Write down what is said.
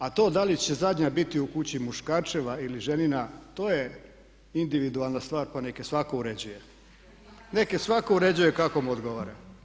A to da li će zadnja biti u kući muškarčeva ili ženina to je individualna stvar, pa neka svatko uređuje, nek' je svatko uređuje kako mu odgovara.